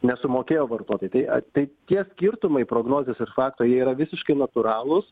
nesumokėjo vartotojai tai a tai tie skirtumai prognozės ir fakto jie yra visiškai natūralūs